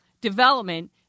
development